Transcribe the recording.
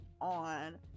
on